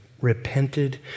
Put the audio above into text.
repented